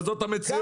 אבל זאת המציאות.